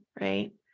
right